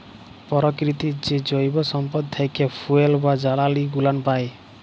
পরকিতির যে জৈব সম্পদ থ্যাকে ফুয়েল বা জালালী গুলান পাই